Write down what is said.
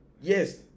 yes